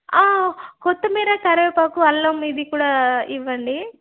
కొత్తిమీర కరివేపాకు అల్లం ఇది కూడా ఇవ్వండీ